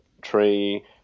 tree